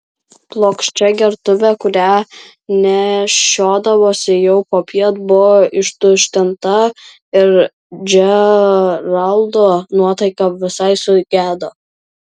plokščia gertuvė kurią nešiodavosi jau popiet buvo ištuštinta ir džeraldo nuotaika visai sugedo